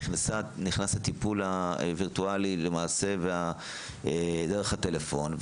נכנס הטיפול הווירטואלי למעשה דרך הטלפון,